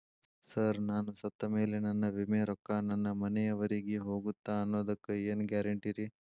Sir ನಾನು ಸತ್ತಮೇಲೆ ನನ್ನ ವಿಮೆ ರೊಕ್ಕಾ ನನ್ನ ಮನೆಯವರಿಗಿ ಹೋಗುತ್ತಾ ಅನ್ನೊದಕ್ಕೆ ಏನ್ ಗ್ಯಾರಂಟಿ ರೇ?